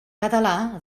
català